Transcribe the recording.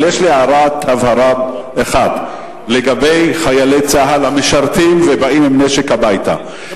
אבל יש לי הערת הבהרה אחת לגבי חיילי צה"ל המשרתים ובאים עם נשק הביתה,